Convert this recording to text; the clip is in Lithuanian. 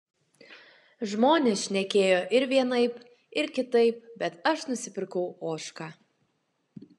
žmonės šnekėjo ir vienaip ir kitaip bet aš nusipirkau ožką